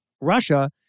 Russia